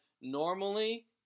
normally